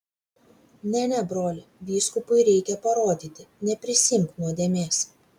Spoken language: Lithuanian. ne ne broli vyskupui reikia parodyti neprisiimk nuodėmės